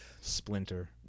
splinter